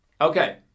Okay